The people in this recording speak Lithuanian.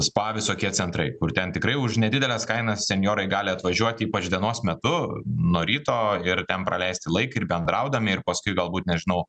spa visokie centrai kur ten tikrai už nedideles kainas senjorai gali atvažiuot ypač dienos metu nuo ryto ir ten praleisti laiką ir bendraudami ir paskui galbūt nežinau